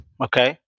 okay